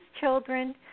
children